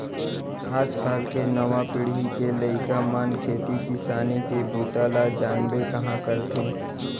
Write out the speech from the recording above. आज काल के नवा पीढ़ी के लइका मन खेती किसानी के बूता ल जानबे कहॉं करथे